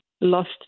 lost